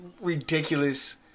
ridiculous